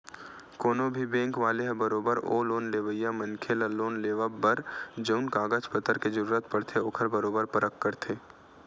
कोनो भी बेंक वाले ह बरोबर ओ लोन लेवइया मनखे ल लोन लेवब बर जउन कागज पतर के जरुरत पड़थे ओखर बरोबर परख करथे